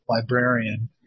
librarian